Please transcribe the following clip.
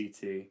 ct